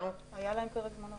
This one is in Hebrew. היה להם פרק זמן ארוך.